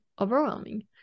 overwhelming